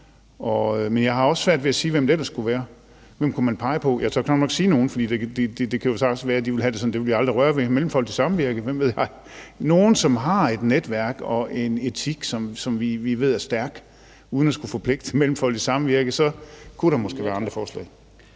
Men jeg har også svært ved at sige, hvem det ellers skulle være. Hvem kunne man pege på? Jeg tør knap nok nævne nogen, for det kan jo sagtens være, at de vil have det sådan, at det ville de aldrig røre ved – Mellemfolkeligt Samvirke, hvem ved jeg? – altså nogle, som har et netværk og en etik, som vi ved er stærk. Uden at skulle forpligte Mellemfolkeligt Samvirke kunne der måske være andre forslag.